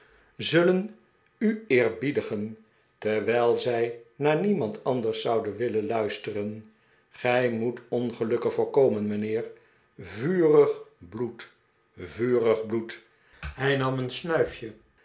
zullen u eerbiedigen terwijl zij naar niemand anders zouden willen luisteren gij moet ongelukken voorkomen mijnheer vurig bloed vurig bloed hij nam een snuifje